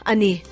Ani